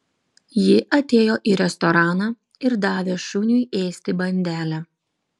ji atėjo į restoraną ir davė šuniui ėsti bandelę